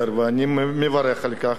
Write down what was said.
ואני מברך על כך.